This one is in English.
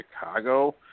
Chicago